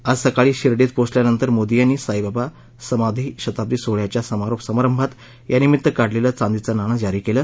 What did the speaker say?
आज सकाळी शिर्डीत पोचल्यानंतर मोदी यांनी साईबाबा समाधी शताब्दी सोहळ्याच्या समारोप समारंभात यानिमित्त काढलेलं चांदीचं नाणं जारी केलं